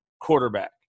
quarterback